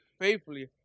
faithfully